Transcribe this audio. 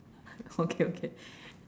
okay okay